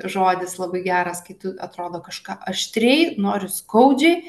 žodis labai geras kai tu atrodo kažką aštriai noriu skaudžiai